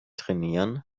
trainieren